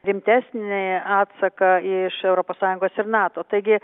rimtesnį atsaką iš europos sąjungos ir nato taigi